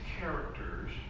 characters